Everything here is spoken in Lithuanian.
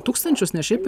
tūkstančius ne šiaip